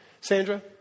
Sandra